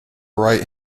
right